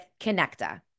Connecta